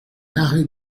arrêt